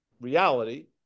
reality